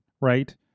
right